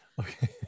Okay